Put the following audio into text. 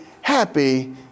happy